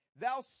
Thou